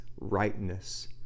rightness